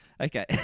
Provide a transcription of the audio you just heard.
Okay